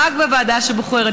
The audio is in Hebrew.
רק בוועדה שבוחרת.